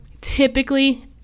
typically